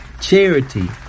charity